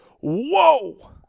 whoa